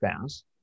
fast